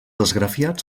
esgrafiats